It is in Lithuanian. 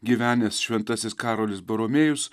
gyvenęs šventasis karolis baromėjus